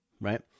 right